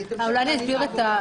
בכל תהליך העובדה.